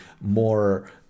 more